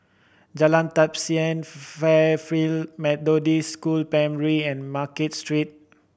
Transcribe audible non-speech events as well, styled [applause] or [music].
Jalan Tapisan [unintelligible] Fairfield Methodist School Primary and Market Street